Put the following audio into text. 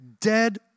dead